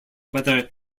whether